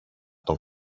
τον